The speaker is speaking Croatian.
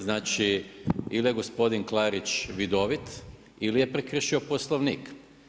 Znači, ili je gospodin Klarić vidovit, ili je prekršio Poslovnik.